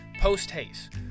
post-haste